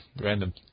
random